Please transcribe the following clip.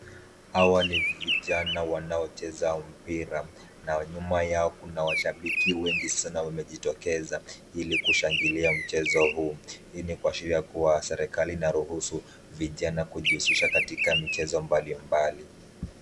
Hawa ni vijana wanaocheza mpira. Na nyuma yao kuna washabiki wengi sana wamejitokeza ili kushangilia mchezo huu. Hii ni kuashiria kuwa serikali inaruhusu vijana kujihusisha katika michezo mbalimbali.